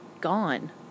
gone